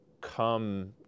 come